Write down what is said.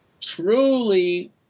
truly